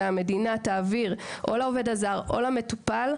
ושהמדינה תעביר או לעובד הזר או למטופל,